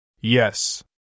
Yes